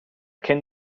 can